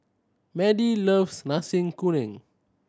Madie loves Nasi Kuning